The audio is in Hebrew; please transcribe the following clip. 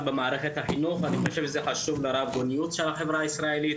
במערכת החינוך ואני חושב שזה חשוב לרבגוניות של החברה הישראלית.